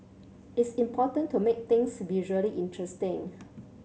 it's important to make things visually interesting